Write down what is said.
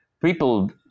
people